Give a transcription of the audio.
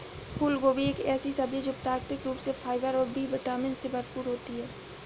फूलगोभी एक ऐसी सब्जी है जो प्राकृतिक रूप से फाइबर और बी विटामिन से भरपूर होती है